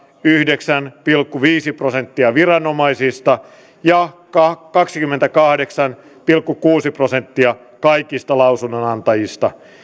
yhdeksän pilkku viisi prosenttia viranomaisista ja kaksikymmentäkahdeksan pilkku kuusi prosenttia kaikista lausunnonantajista